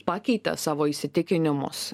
pakeitė savo įsitikinimus